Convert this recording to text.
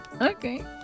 Okay